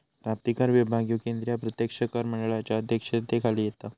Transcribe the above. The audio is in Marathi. प्राप्तिकर विभाग ह्यो केंद्रीय प्रत्यक्ष कर मंडळाच्या अध्यक्षतेखाली येता